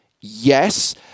Yes